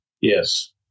yes